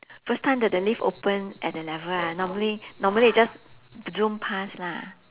first time that the lift open at that level ah normally normally just zoom pass lah